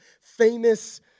famous